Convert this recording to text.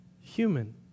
human